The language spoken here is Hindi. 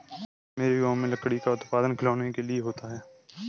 मेरे गांव में लकड़ी का उत्पादन खिलौनों के लिए होता है